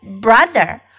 brother